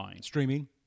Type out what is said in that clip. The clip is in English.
Streaming